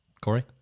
Corey